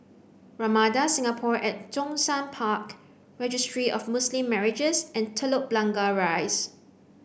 Ramada Singapore at Zhongshan Park Registry of Muslim Marriages and Telok Blangah Rise